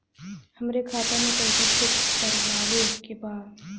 हमरे खाता मे पैसा चेक करवावे के बा?